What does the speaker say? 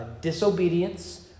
disobedience